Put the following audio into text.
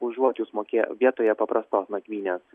užuot jūs mokė vietoje paprastos nakvynės